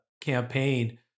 campaign